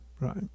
right